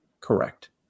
correct